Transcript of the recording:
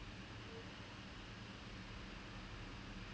introduction to drama and screenplay